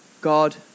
God